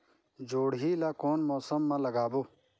जोणी ला कोन मौसम मा लगाबो?